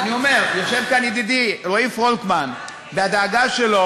אני אומר, יושב כאן ידידי רועי פולקמן, והדאגה שלו